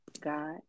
God